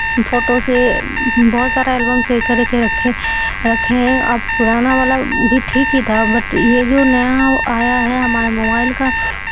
photo سے بہت سارا البم صحیح کر کے رکھے رکھے ہیں اب پرانا والا بھی ٹھیک ہی تھا بٹ یہ جو نیا آیا ہے ہمارے موبائل کا